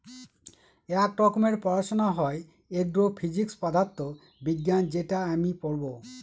এক রকমের পড়াশোনা হয় এগ্রো ফিজিক্স পদার্থ বিজ্ঞান যেটা আমি পড়বো